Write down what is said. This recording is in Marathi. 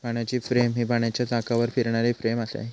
पाण्याची फ्रेम ही पाण्याच्या चाकावर फिरणारी फ्रेम आहे